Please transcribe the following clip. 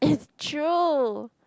true